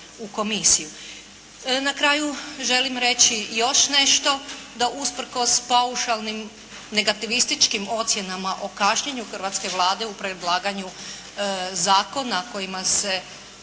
Na kraju želim reći još nešto. Da usprkos paušalnim negativističkim ocjenama o kašnjenju hrvatske Vlade u predlaganju zakona kojima se